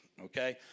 Okay